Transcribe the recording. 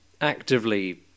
actively